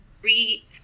three